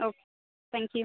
okay thank you